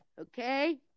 okay